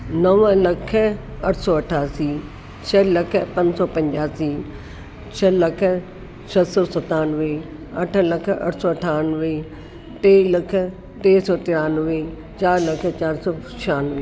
नव लख अठ सौ अठासी छह लख पंज सौ पंजासी छह लख छह सौ सतानवे अठ लख अठ सौ अठानवे टे लख टे सौ टियानवे चारि लख चारि सौ छियानवे